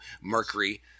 Mercury